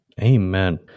Amen